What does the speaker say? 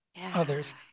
others